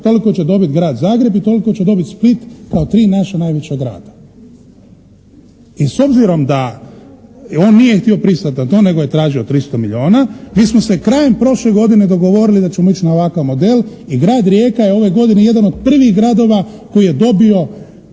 toliko će dobiti Grad Zagreb i toliko će dobiti Split kao tri naša najveća grada. I s obzirom da on nije htio pristati na to nego je tražio 300 milijuna, mi smo se krajem prošle godine dogovorili da ćemo ići na ovakav model i grad Rijeka je ove godine jedan od prvih gradova koji je dobio